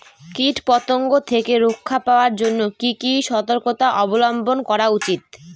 কীটপতঙ্গ থেকে রক্ষা পাওয়ার জন্য কি কি সর্তকতা অবলম্বন করা উচিৎ?